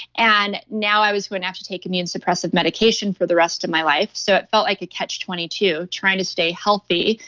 and now i was when i have to take immune suppressive medication for the rest of my life so it felt like a catch twenty two trying to stay healthy,